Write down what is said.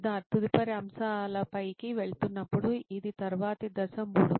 సిద్ధార్థ్ తదుపరి అంశాలపైకి వెళుతున్నప్పుడు ఇది తరువాతి దశ 3